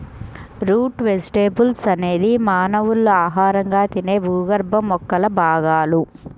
route vegetables అనేది మానవులు ఆహారంగా తినే భూగర్భ మొక్కల భాగాలు